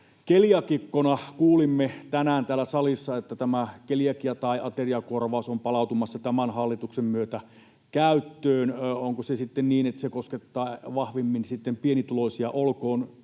keliaakikkona kuulin tänään täällä salissa, että keliakiakorvaus on palautumassa tämän hallituksen myötä käyttöön. Onko se sitten niin, että se koskettaa vahvimmin pienituloisia — olkoon